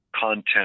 content